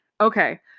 Okay